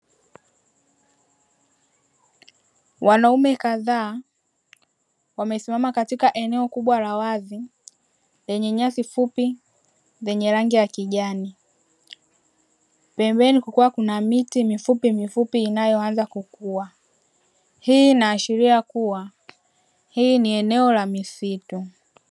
Wanaume kadhaa wamesimama katika eneo kubwa la wazi leney nyasi fupi zenye rangi ya kijani pembeni kukiwa kuna miti mifupi mifupi inayoanza kukua hii inaashiria kuwa hii ni eneo la misitu.